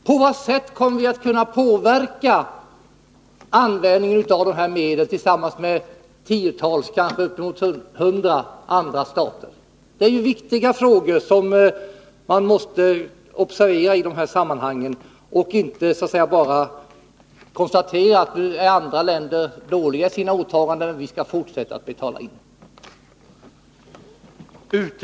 På vad sätt kommer vi, tillsammans med det tiotal eller kanske upp emot hundra andrastater, att kunna påverka användningen av dessa medel? Det är viktiga frågor, som man måste observera i de här sammanhangen. Man får inte bara fortsätta att betala in medel samtidigt som man konstaterar att andra länder sköter sina åtaganden dåligt.